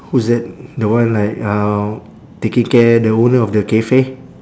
who's that the one like uh taking care the owner of the cafe